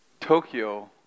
Tokyo